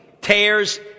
tears